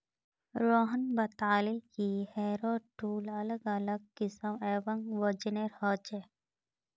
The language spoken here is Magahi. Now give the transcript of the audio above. रोहन बताले कि हैरो टूल अलग अलग किस्म एवं वजनेर ह छे